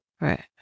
Right